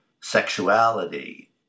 sexuality